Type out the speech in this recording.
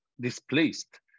displaced